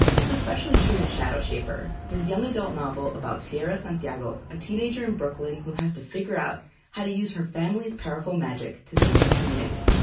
it's especially true in shadowshaper, his young adult novel about sierra santiago, a teenager in brooklyn who has to figure out how to use her family's powerful magic to save her community